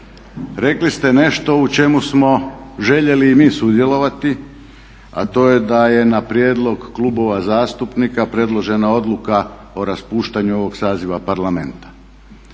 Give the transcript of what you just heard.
Rekli ste nešto u čemu smo željeli i mi sudjelovati, a to je da je na prijedlog klubova zastupnika predložena odluka o raspuštanju ovog saziva Parlamenta.